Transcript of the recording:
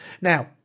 Now